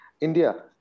India